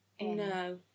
No